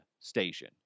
station